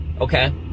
Okay